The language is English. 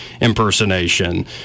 impersonation